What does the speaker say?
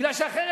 כי אחרת,